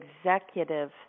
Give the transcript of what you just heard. Executive